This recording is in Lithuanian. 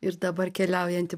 ir dabar keliaujanti